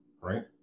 Right